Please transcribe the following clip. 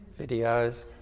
videos